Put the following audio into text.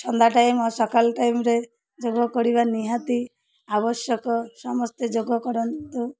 ସନ୍ଧ୍ୟା time ସକାଳ ଟାଇମ୍ରେ ଯୋଗ କରିବା ନିହାତି ଆବଶ୍ୟକ ସମସ୍ତେ ଯୋଗ କରନ୍ତୁ